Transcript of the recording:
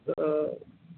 তো